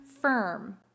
firm